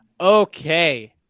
okay